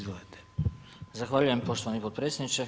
Zahvaljujem poštovani potpredsjedniče.